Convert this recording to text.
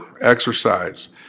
exercise